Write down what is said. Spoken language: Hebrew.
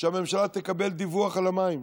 שהממשלה תקבל דיווח על המים.